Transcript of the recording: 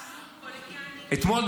אתמול,